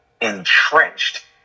entrenched